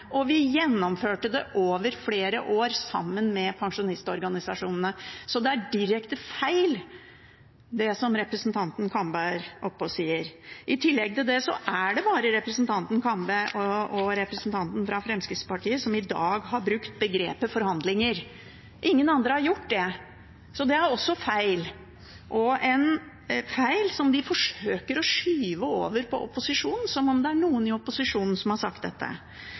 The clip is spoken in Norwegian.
og vi gjennomførte det over flere år sammen med pensjonistorganisasjonene. Så det er direkte feil det som representanten Kambe sier her oppe. I tillegg til det er det bare representanten Kambe og representanten fra Fremskrittspartiet som i dag har brukt begrepet «forhandlinger». Ingen andre har gjort det. Så det er også feil – og en feil som de forsøker å skyve over på opposisjonen, som om det er noen i opposisjonen som har sagt dette.